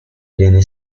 viene